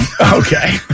Okay